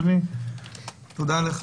תודה,